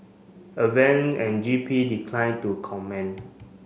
advent and G P declined to comment